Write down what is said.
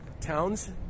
towns